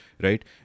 Right